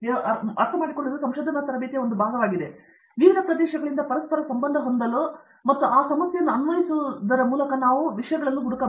ನಾನು ಅರ್ಥಮಾಡಿಕೊಳ್ಳುವ ಕಡೆಗೆ ಸಂಶೋಧನಾ ತರಬೇತಿಯ ಒಂದು ಭಾಗವಾಗಿದೆ ಆದರೆ ವಿವಿಧ ಪ್ರದೇಶಗಳಿಂದ ಪರಸ್ಪರ ಸಂಬಂಧ ಹೊಂದಲು ಮತ್ತು ಅದೇ ಸಮಸ್ಯೆಯನ್ನು ಅನ್ವಯಿಸುವುದರಿಂದ ನಾವು ಹುಡುಕುವ ವಿಷಯವೆಂದರೆ ವಿದ್ಯಾರ್ಥಿಗಳು ಅದನ್ನು ಬಿಟ್ ಮಾಡುತ್ತಿದ್ದಾರೆ